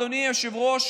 אדוני היושב-ראש,